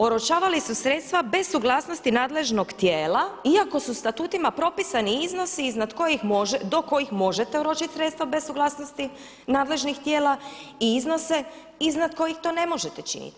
Oročavali su sredstva bez suglasnosti nadležnog tijela, iako su statutima propisani iznosi iznad kojih može, do kojih možete oročiti sredstva bez suglasnosti nadležnih tijela i iznose iznad kojih to ne možete činiti.